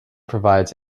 provides